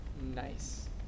Nice